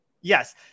Yes